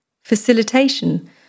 Facilitation